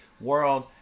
world